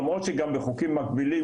למרות שגם בחוקים מקבילים,